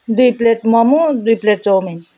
दुई प्लेट मोमो दुई plate chowmein